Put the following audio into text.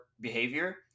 behavior